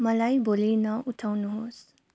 मलाई भोली नउठाउनुहोस्